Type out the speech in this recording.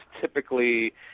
typically